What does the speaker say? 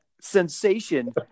sensation